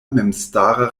memstara